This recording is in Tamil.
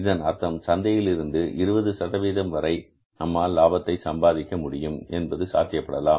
இதன் அர்த்தம் சந்தையில் இருந்து 20 சதவீதம் வரை நம்மால் லாபத்தை சம்பாதிக்க முடியும் என்பது சாத்தியப்படலாம்